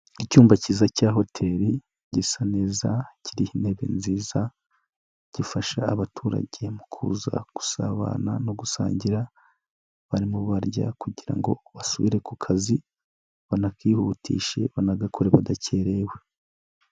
Icyumba cyiza cya hotel gisa neza, kiriho intebe nziza, gifasha abaturage mu kuza gusabana no gusangira, barimo barya kugira ngo basubire ku kazi banakihutishe, banagakore badakerewe.